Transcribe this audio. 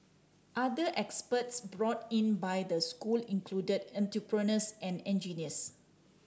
other experts brought in by the school include entrepreneurs and engineers